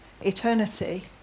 eternity